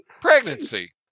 pregnancy